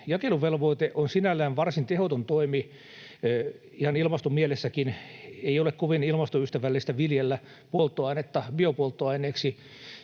Jakeluvelvoite on sinällään varsin tehoton toimi ihan ilmastomielessäkin. Ei ole kovin ilmastoystävällistä viljellä polttoainetta biopolttoaineeksi.